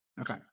Okay